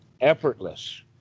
effortless